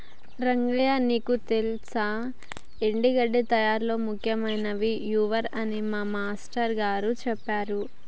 రంగయ్య నీకు తెల్సా ఎండి గడ్డి తయారీలో ముఖ్యమైనది మూవర్ అని మా మాష్టారు గారు సెప్పారు